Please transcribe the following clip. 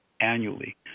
annually